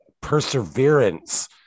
perseverance